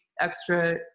extra